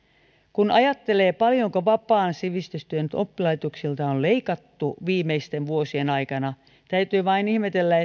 kun ajattelee paljonko vapaan sivistystyön oppilaitoksilta on leikattu viimeisten vuosien aikana täytyy vain ihmetellä